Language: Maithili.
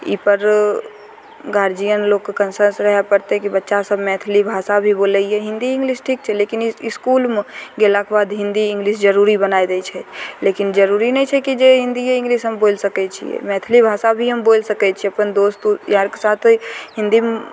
ईपर गार्जियन लोकके कनसस रहय पड़तय कि बच्चा सब मैथिली भाषा भी बोलयये हिन्दी इंग्लिश ठीक छै लेकिन इसकुलमे गेलाके बाद हिन्दी इंग्लिश जरुरी बना दै छै लेकिन जरुरी नहि छै जे हिन्दिये इंग्लिश हम बोलि सकय छियै मैथिली भाषा भी हम बोलि सकय छियै अपन दोस्त यारके साथ होइ हिन्दी